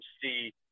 see